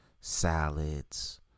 salads